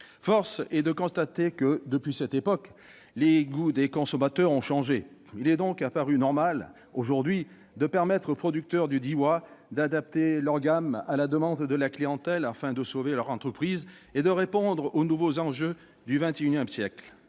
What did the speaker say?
Force est de constater que, depuis cette époque, les goûts des consommateurs ont changé. Il est donc apparu normal, aujourd'hui, de permettre aux producteurs du Diois d'adapter leur gamme à la demande de la clientèle, afin de sauver leurs entreprises et de répondre aux nouveaux enjeux du XXI siècle.